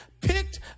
picked